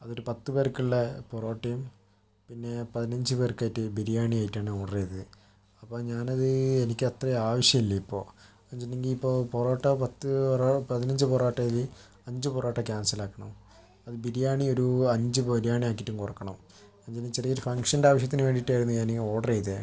അതൊരു പത്ത് പേർക്കുള്ള പൊറോട്ടയും പിന്നെ പതിനഞ്ച് പേർക്കായിട്ട് ബിരിയാണിയായിട്ട് ആണ് ഓർഡർ ചെയ്തത് അപ്പോൾ ഞാനത് എനിക്ക് അത്ര ആവശ്യമില്ല ഇപ്പോൾ അത് വെച്ചിട്ടുണ്ടങ്കിൽ ഇപ്പോൾ പൊറോട്ടാ പത്ത് റ പതിനഞ്ച് പൊറാട്ടയിൽ അഞ്ച് പൊറോട്ട ക്യാൻസലാക്കണം അത് ബിരിയാണി ഒരു അഞ്ച് ബിരിയാണി ആക്കിയിട്ടും കുറക്കണം അത് ഈ ചെറിയൊരു ഫങ്ക്ഷൻറെ ആവശ്യത്തിന് വേണ്ടീട്ടായിരുന്നു ഞാനീ ഓർഡർ ചെയ്തത്